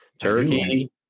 Turkey